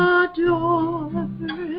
adore